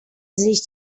sich